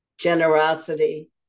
Generosity